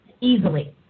Easily